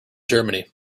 germany